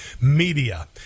media